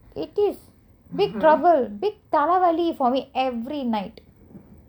it is big trouble big தலவலி:thalavali for me every night